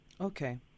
Okay